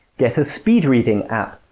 get a speed reading app.